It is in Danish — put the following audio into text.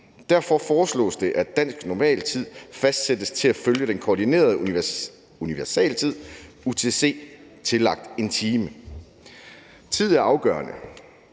Derfor foreslås det, at dansk normaltid fastsættes til at følge den koordinerede universaltid, UTC, tillagt 1 time. Tid er afgørende.